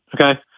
okay